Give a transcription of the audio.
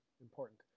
important